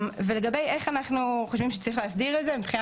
לגבי איך אנחנו חושבים שצריך להסדיר את זה מבחינה